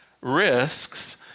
risks